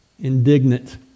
Indignant